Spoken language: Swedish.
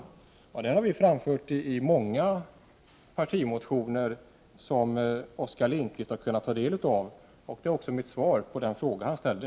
Det har vi framfört i många partimotioner, som Oskar Lindkvist kunnat ta del av. Det är också mitt svar på den fråga han ställde.